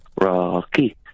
Rocky